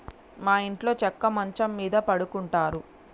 మా ఇంట్లో చెక్క మంచం మీద పడుకుంటారు